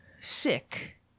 sick